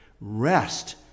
rest